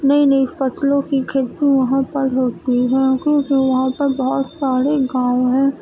نئی نئی فصلوں کی کھیتی وہاں پر ہوتی ہے کیوںکہ وہاں پر بہت سارے گاؤں ہیں